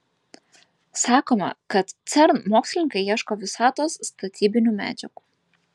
sakoma kad cern mokslininkai ieško visatos statybinių medžiagų